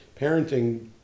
parenting